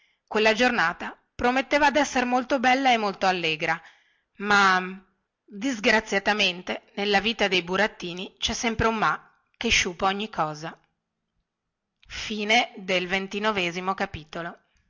quella giornata prometteva dessere molto bella e molto allegra ma disgraziatamente nella vita dei burattini cè sempre un ma che sciupa ogni cosa